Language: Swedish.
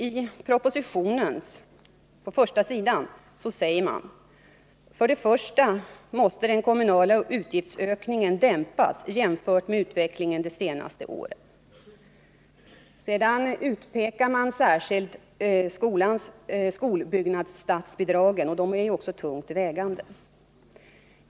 I propositionen heter det på första sidan: ”För det första måste den kommunala utgiftsökningen dämpas jämfört med utvecklingen de senaste åren.” Sedan utpekar man särskilt skolbyggnadsstatsbidragen, och de är också tungt vägande.